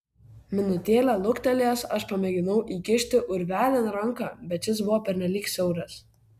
minutėlę luktelėjęs aš pamėginau įkišti urvelin ranką bet šis buvo pernelyg siauras